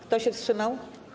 Kto się wstrzymał?